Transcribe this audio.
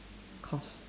course